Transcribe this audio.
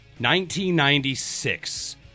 1996